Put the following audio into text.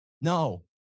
No